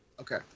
Okay